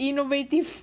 innovative